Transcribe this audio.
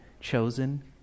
chosen